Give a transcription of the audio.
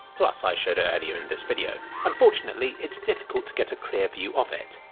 plus, i showed it earlier in this video. unfortunately, it's difficult to get a clear view of it.